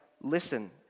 listen